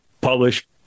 publish